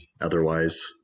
Otherwise